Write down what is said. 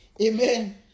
Amen